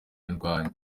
indwanyi